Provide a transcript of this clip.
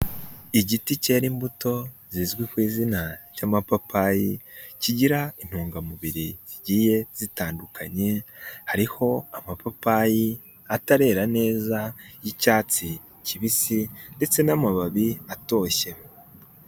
Igiti cyera imbuto, zizwi ku izina ry'amapapayi, kigira intungamubiri zigiye zitandukanye, hariho amapapayi atarera neza y'icyatsi kibisi ndetse n'amababi atoshy.